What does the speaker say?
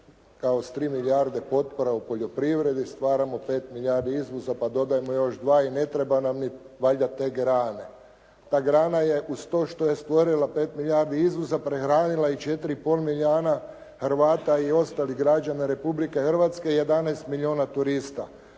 kao s tri milijarde potpora u poljoprivredi stvaramo pet milijardi izvoza pa dodajmo još dva i ne treba nam ni valjda te grane. Ta grana je uz to što je stvorila 5 milijardi izvoza prehranila i 4 i pol milijuna Hrvata i ostalih građana Republike Hrvatske i 11 milijuna turista.